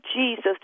Jesus